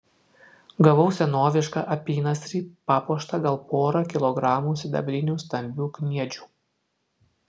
gavau senovišką apynasrį papuoštą gal pora kilogramų sidabrinių stambių kniedžių